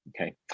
okay